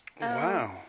Wow